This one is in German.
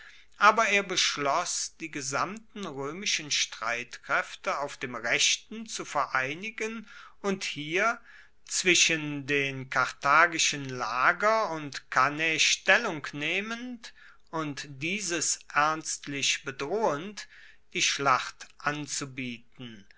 aber er beschloss die gesamten roemischen streitkraefte auf dem rechten zu vereinigen und hier zwischen den karthagischen lager und cannae stellung nehmend und dieses ernstlich bedrohend die schlacht anzubieten